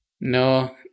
No